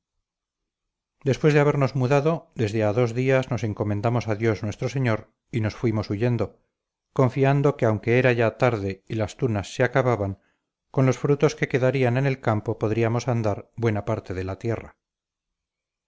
después de habernos mudado desde a dos días nos encomendamos a dios nuestro señor y nos fuimos huyendo confiando que aunque era ya tarde y las tunas se acababan con los frutos que quedarían en el campo podríamos andar buena parte de la tierra